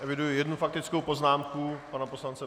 Eviduji jednu faktickou poznámku pana poslance...